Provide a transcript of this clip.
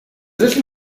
little